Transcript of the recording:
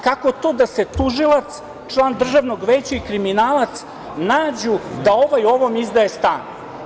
Kako to da se tužilac, član Državnog veća i kriminalac nađu da ovaj ovom izdaje stan.